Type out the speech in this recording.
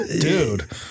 dude